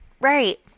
right